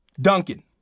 Duncan